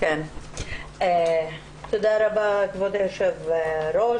תודה רבה כבוד היושב-ראש.